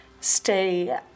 stay